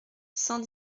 cent